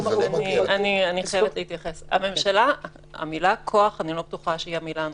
אני לא בטוחה שהמילה כוח היא המילה הנכונה.